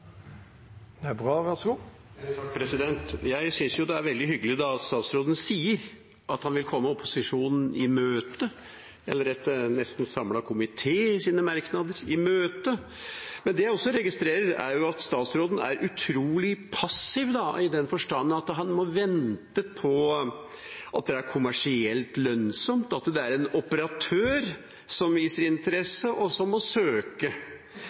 veldig hyggelig at statsråden sier at han vil komme opposisjonen i møte, eller det en nesten samlet komité sier i sine merknader, i møte. Men det jeg også registrerer, er at statsråden er utrolig passiv i den forstand at han må vente på at det er kommersielt lønnsomt, at det er en operatør som viser interesse, og som må søke.